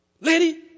Lady